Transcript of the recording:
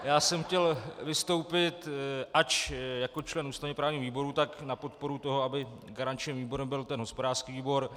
Já jsem chtěl vystoupit, ač jako člen ústavněprávního výboru, tak na podporu toho, aby garančním výborem byl hospodářský výbor.